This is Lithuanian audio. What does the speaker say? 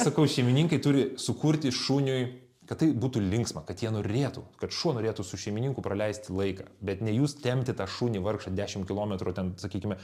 sakau šeimininkai turi sukurti šuniui kad tai būtų linksma kad jie norėtų kad šuo norėtų su šeimininku praleisti laiką bet ne jūs tempti tą šunį vargšą dešimt kilometrų ten sakykime